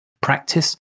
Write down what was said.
Practice